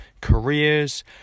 careers